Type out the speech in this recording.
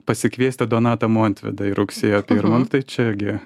pasikviesti donatą montvydą į rugsėjo pirmą nu tai čiagi